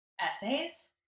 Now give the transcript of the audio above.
essays